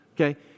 Okay